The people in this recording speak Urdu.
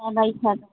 ہاں بھائی